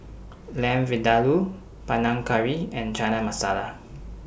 Lamb Vindaloo Panang Curry and Chana Masala